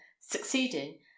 succeeding